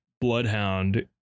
bloodhound